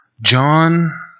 John